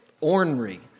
ornery